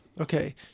Okay